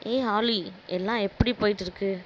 ஏய் ஆலி எல்லாம் எப்படி போயிட்டு இருக்குது